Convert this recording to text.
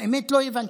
האמת, לא הבנתי.